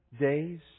days